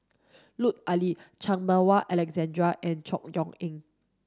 Lut Ali Chan Meng Wah Alexander and Chor Yeok Eng